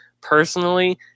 Personally